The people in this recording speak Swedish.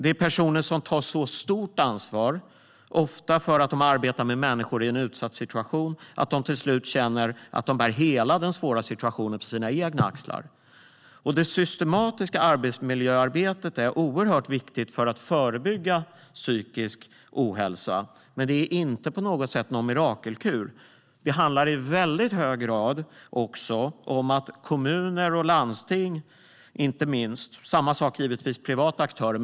Det är personer som tar så stort ansvar, ofta för att de arbetar med människor i en utsatt situation, att de till slut känner att de bär hela den svåra situationen på sina egna axlar. Det systematiska arbetsmiljöarbetet är oerhört viktigt för att förebygga psykisk ohälsa. Men det är på inget sätt en mirakelkur. Det handlar i hög grad om att kommuner och landsting måste bli bättre arbetsgivare. Samma sak gäller givetvis privata aktörer.